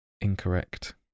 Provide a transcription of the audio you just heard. Incorrect